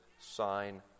sign